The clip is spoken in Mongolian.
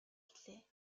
гэлээ